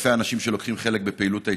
לאלפי האנשים שלוקחים חלק בפעילות ההתנדבות.